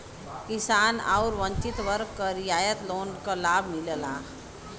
किसान आउर वंचित वर्ग क रियायत लोन क लाभ मिलला